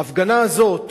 ההפגנה הזאת